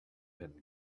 been